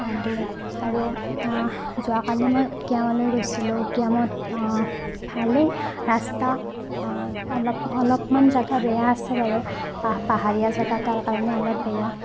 আৰু যোৱাকালি মই উকিয়ামলৈ গৈছিলোঁ উকিয়ামত ভালেই ৰাস্তা অলপ অলপমান জেগা বেয়া আছে বাৰু পা পাহাৰীয়া জেগা তাৰকাৰণে অলপ বেয়া